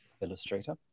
illustrator